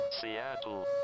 Seattle